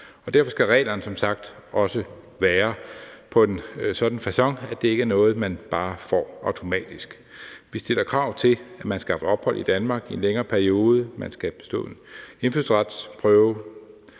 Derfor skal reglerne som sagt også være på en sådan facon, at det ikke er noget, man bare får automatisk. Vi stiller krav til, at man skal have haft ophold i Danmark i en længere periode, og at man skal have bestået en indfødsretsprøve.